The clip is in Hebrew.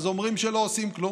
אומרים שלא עושים כלום,